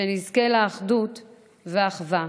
שנזכה לאחדות ואחווה.